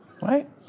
right